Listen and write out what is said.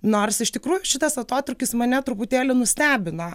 nors iš tikrųjų šitas atotrūkis mane truputėlį nustebino